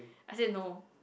I said no